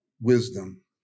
wisdom